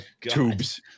tubes